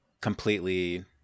completely